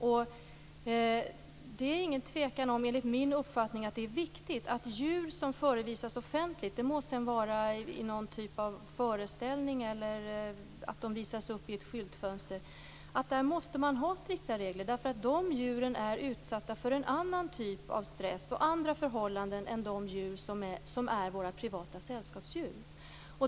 Enligt min uppfattning råder det inget tvivel om att det är viktigt att det för djur som förevisas offentligt - det må vara på en typ av föreställning eller i ett skyltfönster - måste finnas strikta regler. De djuren utsätts nämligen för en annan typ av stress och för andra förhållanden än djur som är privata sällskapsdjur.